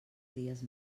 dies